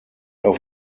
auf